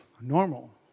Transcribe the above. normal